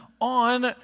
on